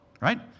right